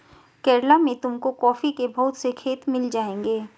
केरला में तुमको कॉफी के बहुत से खेत मिल जाएंगे